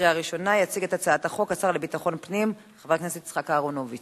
אני קובעת שהצעת חוק לתיקון פקודת מס הכנסה (מס' 188) (תרומה למוסד